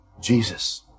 Jesus